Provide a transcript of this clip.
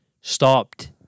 stopped